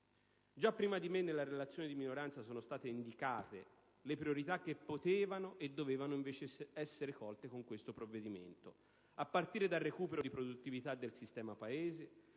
Già prima di me nella relazione di minoranza sono state indicate le priorità che potevano e dovevano essere colte con questo provvedimento. A partire dal recupero di produttività del sistema Paese,